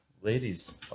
ladies